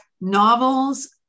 novels